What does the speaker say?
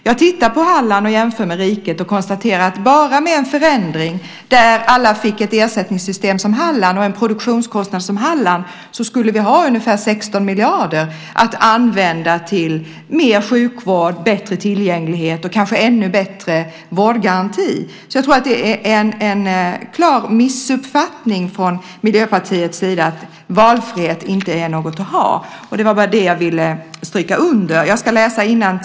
Jag tittar på Halland, jämför med riket och konstaterar att om man gjorde en förändring som innebar att alla fick ett ersättningssystem och en produktionskostnad som det i Halland skulle vi få ungefär 16 miljarder som kunde användas till mer sjukvård, bättre tillgänglighet och kanske en ännu bättre vårdgaranti. Jag tror alltså att det är en klar missuppfattning från Miljöpartiets sida när de säger att valfrihet inte är något att ha. Det är det jag vill stryka under.